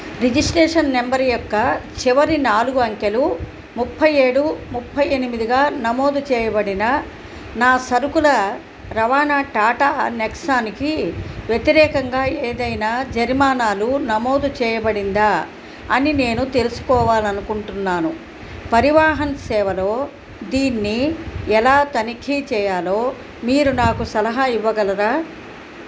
registration number యొక్క చివరి నాలుగు అంకెలు ముప్పై ఏడు ముప్పై ఎనిమిదిగా నమోదు చేయబడిన నా సరుకుల రవాణా టాటా నెక్సాకి వ్యతిరేకంగా ఏదైనా జరిమానాలు నమోదు చేయబడిందా అని నేను తెలుసుకోవాలనుకుంటున్నాను పరివాహన్ సేవలో దీన్ని ఎలా తనిఖీ చేయాలో మీరు నాకు సలహా ఇవ్వగలరా